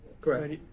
correct